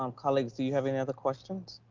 um colleagues, do you have any other questions?